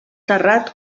terrat